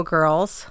Girls